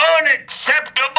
unacceptable